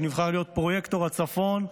שנבחר להיות פרויקטור הצפון,